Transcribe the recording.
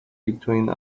between